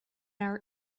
our